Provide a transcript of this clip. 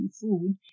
food